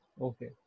Okay